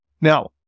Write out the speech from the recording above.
Now